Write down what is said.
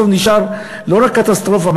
והמצב בסוף נשאר לא רק קטסטרופה,